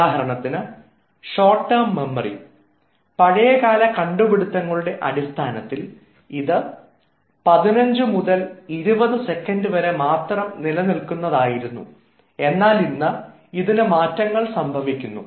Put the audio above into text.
ഉദാഹരണത്തിന് short term memory പഴയകാല കണ്ടുപിടിത്തങ്ങളുടെ അടിസ്ഥാനത്തിൽ അത് 15 മുതൽ 20 സെക്കൻഡ് വരെ മാത്രം നിലനിൽക്കുന്നതായിരുന്നു എന്നാൽ ഇന്ന് ഇതിന് മാറ്റങ്ങൾ സംഭവിക്കുന്നു